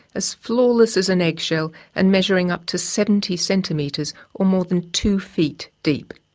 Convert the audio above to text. as flawless as an eggshell and measuring up to seventy centimetres, or more than two feet, deep.